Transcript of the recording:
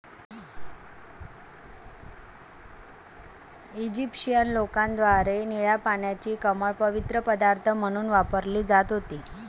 Egyptian लोकांद्वारे निळ्या पाण्याची कमळ पवित्र पदार्थ म्हणून वापरली जात होती